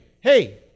hey